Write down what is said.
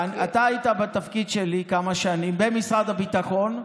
אתה היית בתפקיד שלי כמה שנים במשרד הביטחון,